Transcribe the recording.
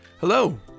Hello